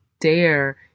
dare